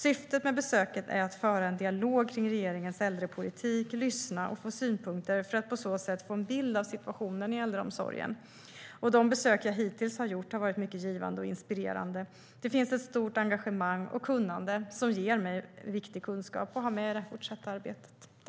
Syftet med besöken är att föra en dialog kring regeringens äldrepolitik, lyssna och få synpunkter för att på så sätt få en bild av situationen i äldreomsorgen. De besök jag hittills har gjort har varit mycket givande och inspirerande. Det finns ett stort engagemang och kunnande som ger mig viktig kunskap att ha med i det fortsatta arbetet.